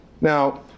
Now